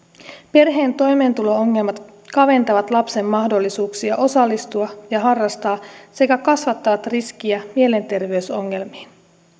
perheen toimeentulo ongelmat kaventavat lapsen mahdollisuuksia osallistua ja harrastaa sekä kasvattavat riskiä mielenterveysongelmiin